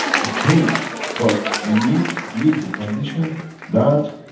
to change. but you need to create a condition that.